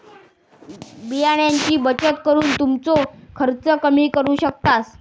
बियाण्यांची बचत करून तुमचो खर्च कमी करू शकतास